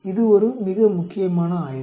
இது ஒரு மிக முக்கியமான ஆய்வு